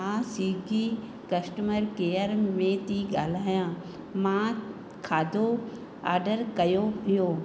तव्हां सिगी customer care में थी ॻाल्हायां मां खाधो ऑडर कयो हुयो